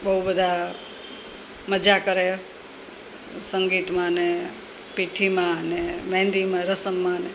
બહુ બધાં મઝા કરે સંગીતમાંને પીઠીમાં અને મેહન્દીમાં રસમમાં અને